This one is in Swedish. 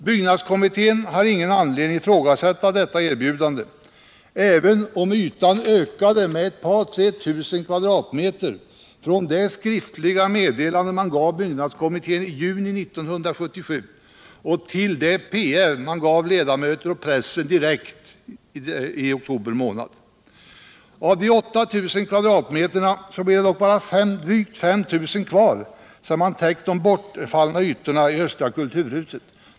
Byggnadskommittén har ingen anledning ifrågasätta detta erbjudande, även om ytan ökade med ett par tre tusen kvadratmeter från det skriftliga meddelande man gav byggnadskommittén i juni 1977 och till den PM man gav ledamöter och press direkt i oktober månad. Av 8 000 kvm blir det bara 5 000 kvar, sedan man täckt de bortfallna ytorna i östra kulturhuset.